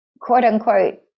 quote-unquote